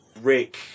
Rick